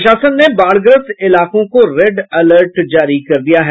प्रशासन ने बाढ़ग्रस्त इलाकों को रेड अलर्ट जारी कर दिया है